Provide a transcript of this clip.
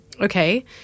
Okay